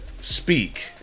speak